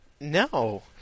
No